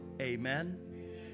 Amen